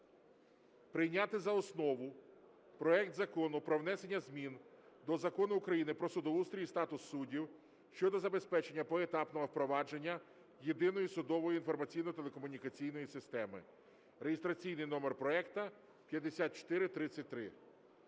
прийняти за основу проект Закону про внесення змін до Закону України "Про судоустрій і статус суддів" щодо забезпечення поетапного впровадження Єдиної судової інформаційно-телекомунікаційної системи (реєстраційний номер проекту 5433).